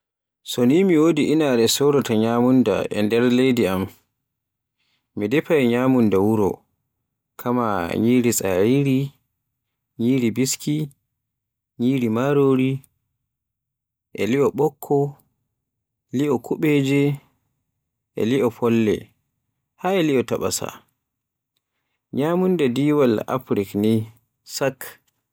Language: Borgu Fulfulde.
So ni mi wodi inaare soraata nyamunda e nder leydi am, mi dafai nyamunda wuro kaama nyiri tsariri, nyiri biski, nyiri marori, e li'o ɓokko, li'o kuɓeeje, e li'o folle haa e li'o taɓasa. Nyamunda diiwal Afrik ni sak.